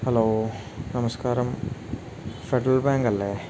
hello നമസ്കാരം federal ബേങ്കല്ലേ